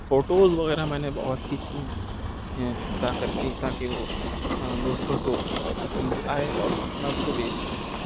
photos وغیرہ میں نے بہت کھینچی ہیں تا کر کے تا کہ وہ دوسروں کو پسند آئے اور میں اس کو بیچ سکوں